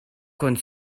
con